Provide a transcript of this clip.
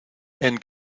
and